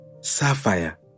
sapphire